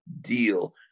deal